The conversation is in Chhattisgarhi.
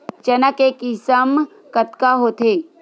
चना के किसम कतका होथे?